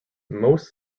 most